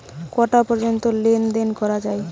কটা পর্যন্ত লেন দেন করা য়ায়?